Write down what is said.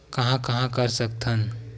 कहां कहां कर सकथन?